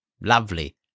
Lovely